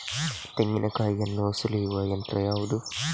ತೆಂಗಿನಕಾಯಿಯನ್ನು ಸುಲಿಯುವ ಯಂತ್ರ ಯಾವುದು?